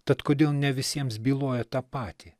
tad kodėl ne visiems byloja tą patį